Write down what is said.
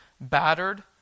battered